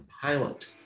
pilot